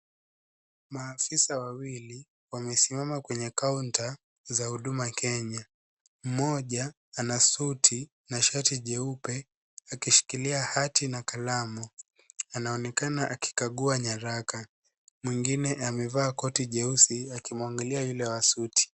Maafisa wawili wamesimama kwenye counter za huduma Kenya. Mmoja ana suti na shati jeupe akishikilia hati na kalamu, anaonekana akikagua nyaraka. Mwingine amevalia koti jeusi akimwangalia yule wa suti.